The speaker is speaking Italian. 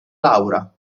laura